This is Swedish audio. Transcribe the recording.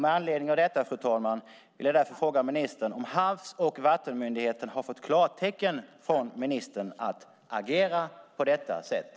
Med anledning av detta, fru talman, vill jag därför fråga om Havs och vattenmyndigheten har fått klartecken från ministern att agera på detta sätt.